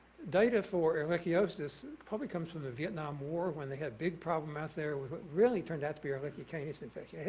data for ehrlichiosis probably comes from the vietnam war when they had big problem out there, it really turned out to be ehrlichia canis infection that hit